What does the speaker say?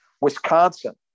Wisconsin